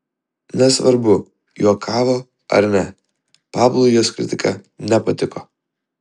nesvarbu juokavo ar ne pablui jos kritika nepatiko